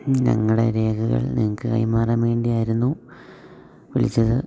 ഞങ്ങളുടെ രേഖകൾ നിങ്ങൾക്ക് കൈമാറാൻ വേണ്ടിയായിരുന്നു വിളിച്ചത്